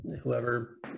whoever